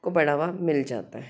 को बढ़ावा मिल जाता है